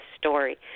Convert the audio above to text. story